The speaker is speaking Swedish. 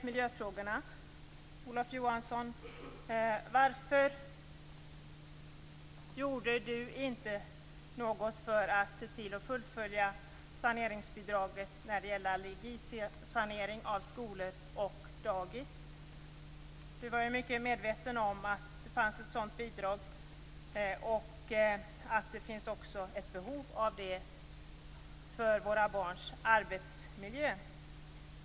Varför gjorde Olof Johansson inte något för att se till att saneringsbidraget fullföljdes när det gällde allergisaneringen av skolor och daghem? Olof Johansson var ju medveten om att det fanns ett sådant bidrag, liksom om behovet av allergisanering för våra barns arbetsmiljö.